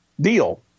deal